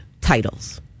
titles